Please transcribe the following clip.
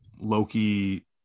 Loki